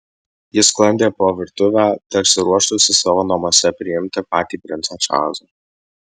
ji sklandė po virtuvę tarsi ruoštųsi savo namuose priimti patį princą čarlzą